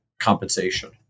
compensation